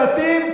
פה.